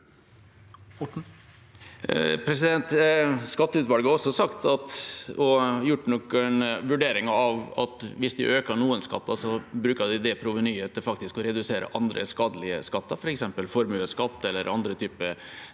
Skatteutvalget har også gjort noen vurderinger av at hvis en øker noen skatter, bruker en det provenyet til faktisk å redusere andre skadelige skatter, f.eks. formuesskatt eller andre typer skatter